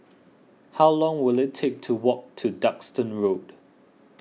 how long will it take to walk to Duxton Road